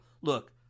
look